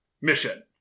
mission